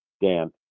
Dan